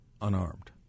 unarmed